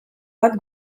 bat